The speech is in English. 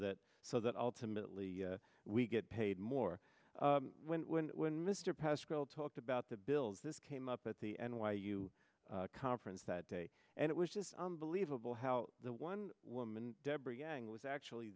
that so that ultimately we get paid more when when when mr pascual talked about the bills this came up at the n y u conference that day and it was just unbelievable how the one woman deborah yang was actually